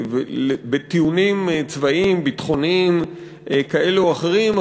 בטיעונים צבאיים ביטחוניים כאלו או אחרים,